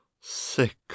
sick